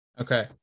Okay